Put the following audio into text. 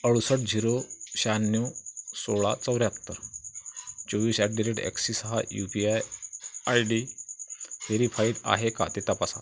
अडूसष्ट zero शहाण्णव सोळा चौऱ्याहत्तर चोवीस अॅट द रेट अॅक्सिस हा U P I I D verified आहे का ते तपासा